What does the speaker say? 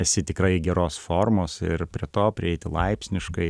esi tikrai geros formos ir prie to prieiti laipsniškai